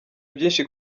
byinshi